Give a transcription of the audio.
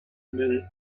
minute